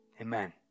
amen